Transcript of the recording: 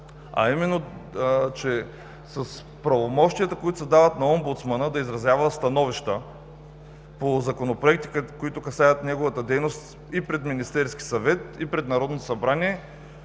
а именно, че с правомощията, които се дават на омбудсмана да изразява становища по законопроекти, които касаят неговата дейност, и пред Министерския съвет, и пред Народното събрание,